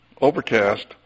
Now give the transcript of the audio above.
Overcast